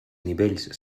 nivells